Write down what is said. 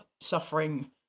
suffering